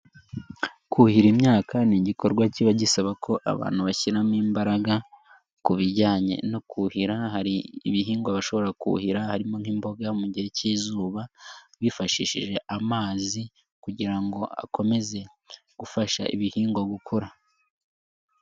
Kuhira imyaka ni igikorwa kiba gisaba ko abantu bashyiramo imbaraga, ku bijyanye no kuhira, hari ibihingwa bashobora kuhira harimo nk'imboga mu gihe cy'izuba, bifashishije amazi kugira ngo akomeze gufasha ibihingwa gukura.